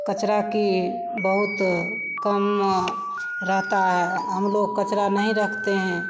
क़चरा की बहुत कम रहता है हमलोग कचरा नहीं रखते हैं